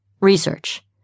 Research